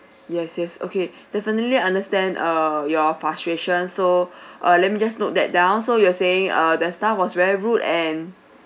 yes yes okay definitely understand err your frustration so uh let me just note that down so you are saying err the staff was very rude and